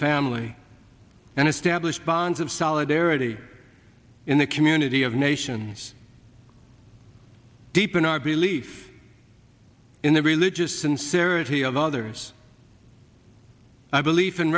family and establish bonds of solidarity in the community of nations deep in our belief in the religious sincerity of others i believe in